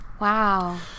Wow